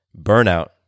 burnout